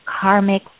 karmic